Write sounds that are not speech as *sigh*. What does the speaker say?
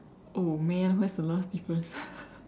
oh man where's the last difference *breath*